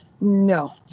no